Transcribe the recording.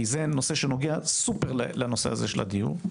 כי זה נושא שנוגע סופר לנושא הזה של הדיור,